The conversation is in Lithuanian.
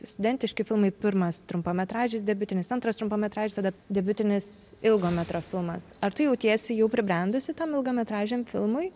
studentiški filmai pirmas trumpametražis debiutinis antras trumpametražis tada debiutinis ilgo metro filmas ar tu jautiesi jau pribrendusi tam ilgametražiam filmui